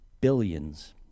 billions